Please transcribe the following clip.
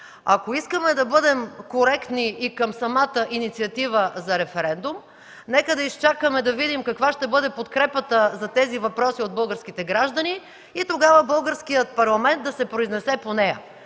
Ако искаме да бъдем коректни и към самата инициатива за референдум нека да изчакаме да видим каква ще бъде подкрепата за тези въпроси от българските граждани и тогава Българският парламент да се произнесе по нея,